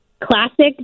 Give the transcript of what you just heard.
classic